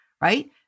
right